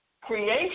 creation